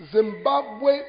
Zimbabwe